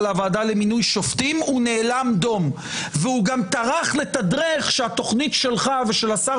הוועדה למינוי שופטים הוא נאלם דום וגם דאג לתדרך שהתוכנית שלך ושל השר